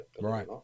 Right